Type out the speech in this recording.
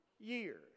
years